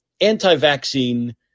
anti-vaccine